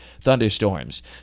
thunderstorms